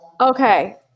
Okay